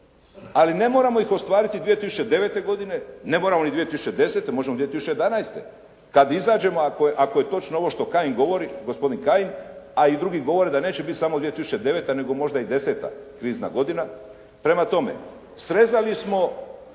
ali ne moramo ih ostvariti 2009. godine, ne moramo ni 2010., možemo 2011. kad izađemo, ako je točno ovo što gospodin Kajin govori, a i drugi govore da neće biti samo 2009., nego možda i '10. krizna godina. Prema tome, srezali smo